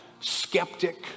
skeptic